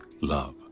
love